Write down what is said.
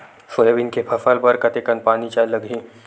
Soybean के फसल बर कतेक कन पानी लगही?